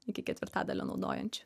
iki ketvirtadalio naudojančių